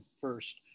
first